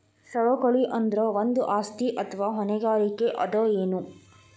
ಸವಕಳಿ ಅಂದ್ರ ಒಂದು ಆಸ್ತಿ ಅಥವಾ ಹೊಣೆಗಾರಿಕೆ ಅದ ಎನು?